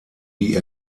die